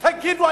תגיבו,